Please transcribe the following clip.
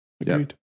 Agreed